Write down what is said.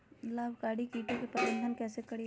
लाभकारी कीटों के प्रबंधन कैसे करीये?